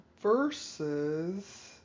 versus